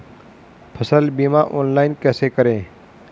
फसल बीमा ऑनलाइन कैसे करें?